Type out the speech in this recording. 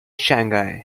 shanghai